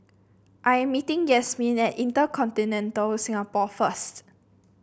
I am meeting Yasmeen at InterContinental Singapore first